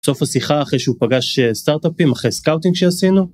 סוף השיחה אחרי שהוא פגש סטארטאפים אחרי סקאוטינג שעשינו.